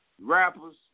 rappers